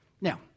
Now